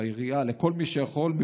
לעירייה ולכל מי שיכול,